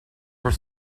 were